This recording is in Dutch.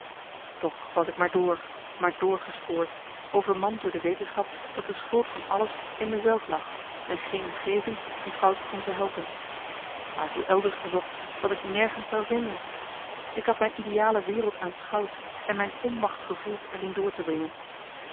toch was ik maar door maar door gespoord overmand door de weteschap dat de schuld van alles in me zelf lag en geen omgeving die fout kon verhelpen waartoe elders gezocht wat ik nergens zou marcellus emants een nagelaten bekentenis vinden ik had mijn ideale wereld aanschouwd en mijn onmacht gevoeld er in door te dringen